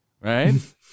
right